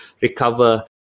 recover